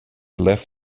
left